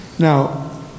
Now